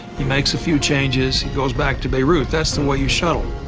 he makes a few changes, he goes back to beirut. that's the way you shuttle.